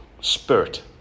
Spirit